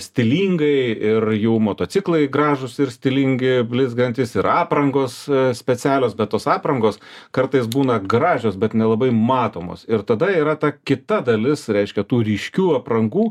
stilingai ir jų motociklai gražūs ir stilingi blizgantys ir aprangos specialios bet tos aprangos kartais būna gražios bet nelabai matomos ir tada yra ta kita dalis reiškia tų ryškių aprangų